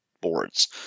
boards